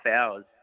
hours